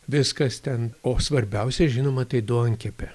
viskas ten o svarbiausia žinoma tai duonkepė